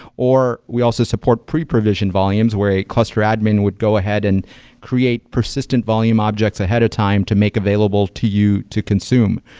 or we also support pre-provision volumes where a cluster admin would go ahead and create persistent volume objects ahead of time to make available to you to consume.